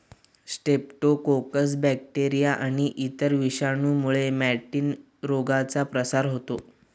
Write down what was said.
Streptococcus bacteria आणि इतर विषाणूंमुळे मॅटिन रोगाचा प्रसार होतो